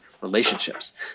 relationships